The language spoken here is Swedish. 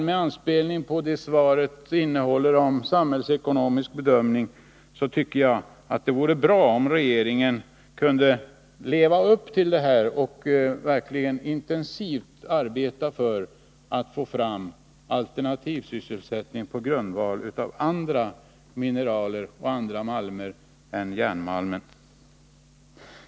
Med anspelning på vad svaret innehåller om samhällsekonomisk bedömning tycker jag att det vore bra om regeringen kunde leva upp till detta och verkligen intensivt arbeta för att få fram alternativ sysselsättning på grundval av andra mineral och andra malmer än järnmalmen.